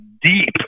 deep